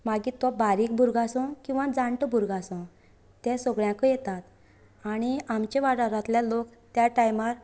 मागीर तो बारीक भुरगो आसूं किंवां जाण्टो भुरगो आसूं तें सगळ्यांकय येतात आनी आमचें वाठांरातल्या लोक त्या टायमार